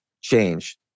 change